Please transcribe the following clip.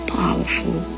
powerful